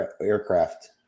aircraft